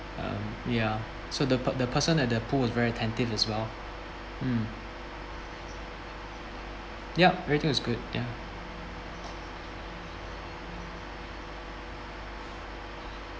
um ya so the per~ the person at the pool was very attentive as well mm yup everything was good ya